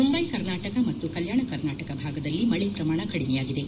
ಮುಂಬೈ ಕರ್ನಾಟಕ ಮತ್ತು ಕಲ್ಯಾಣ ಕರ್ನಾಟಕ ಭಾಗದಲ್ಲಿ ಮಳಿ ಪ್ರಮಾಣ ಕಡಿಮೆಯಾಗಿದೆ